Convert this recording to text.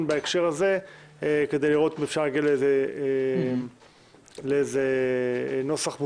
בהקשר הזה כדי לראות אם אפשר להגיע לנוסח מוסכם.